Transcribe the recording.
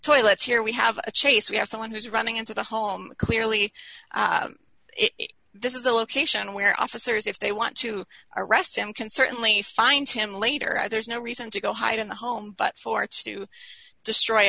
toilets here we have a chase we have someone who's running into the home clearly this is a location where officers if they want to arrest him can certainly find him later there's no reason to go hide in the home but for to destroy